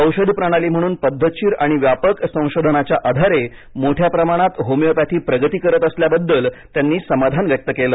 औषधप्रणाली म्हणून पद्धतशीर आणि व्यापक संशोधनाच्या आधारे मोठ्या प्रमाणात होमिओपॅथी प्रगती करत असल्याबद्दल त्यांनी समाधान व्यक्त केलं